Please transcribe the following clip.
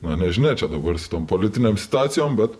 na nežinai ar čia dabar su tom politinėm situacijom bet